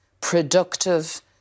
productive